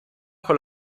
con